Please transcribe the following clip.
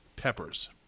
Peppers